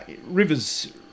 rivers